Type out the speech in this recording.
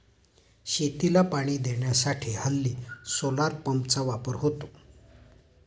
शेतीला पाणी देण्यासाठी हल्ली सोलार पंपचा वापर होतो